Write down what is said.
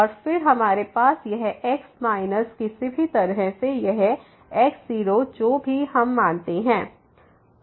और फिर हमारे पास यह x माइनस किसी भी तरह से या x0 जो भी हम मानते हैं